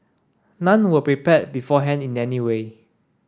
none were prepared beforehand in any way